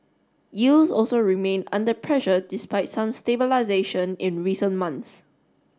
yields also remain under pressure despite some stabilisation in recent months